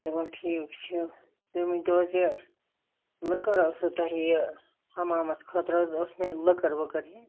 چلو ٹھیٖک چھُ تۄہہِ ؤنۍ تو حظ یہِ لٔکٕر آسوٕ تۄہہِ یہِ حَمامس خٲطرٕ حظ ٲسۍ مےٚ لٔکٕر ؤکٕر ہیٚنۍ